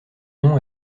nom